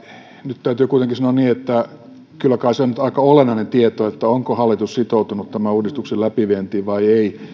nyt täytyy kuitenkin sanoa niin että kyllä kai se nyt aika olennainen tieto on onko hallitus sitoutunut tämän uudistuksen läpivientiin vai ei